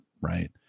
right